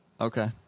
Okay